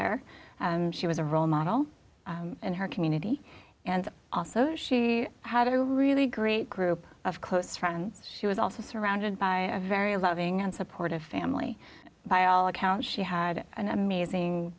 her and she was a role model in her community and also she had a really great group of close friends she was also surrounded by a very loving and supportive family by all accounts she had an amazing